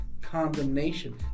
condemnation